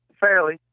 fairly